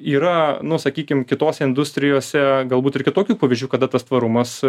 yra nu sakykim kitose industrijose galbūt ir kitokių pavyzdžių kada tas tvarumas